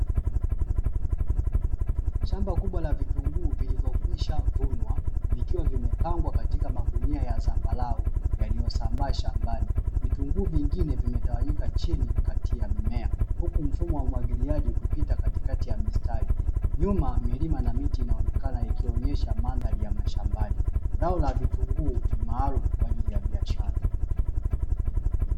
Shamba kubwa la vitunguu vilivyokwisha vunwa, vikiwa vimepangwa katika magunia ya zambarau yaliyosambaa shambani vitunguu vingine vimetawanyika chini mmea huku mfumo wa umwagiliaji ukipita katikati ya mstari juma amelima na miti ikionekana ikionyesha mandhari ya mashambanizao la vitunguu maalumu kwaaji ya biashara.